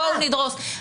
בואו נדרוס.